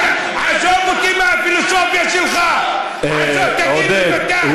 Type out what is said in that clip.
עזוב אותי מהפילוסופיה שלך, תגיד לי מתי.